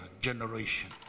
generation